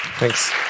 Thanks